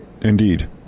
Indeed